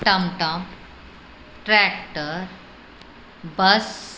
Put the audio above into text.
टमटम ट्रैक्टर बस